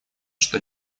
что